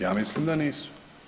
Ja mislim da nisu.